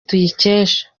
tuyikesha